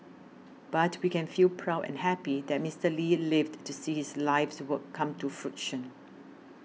but we can feel proud and happy that Mister Lee lived to see his life's work come to fruition